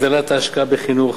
הגדלת ההשקעה בחינוך,